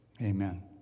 Amen